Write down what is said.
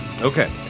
Okay